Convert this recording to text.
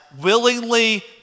willingly